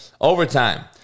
Overtime